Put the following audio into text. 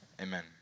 amen